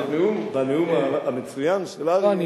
בנאום המצוין של אריה,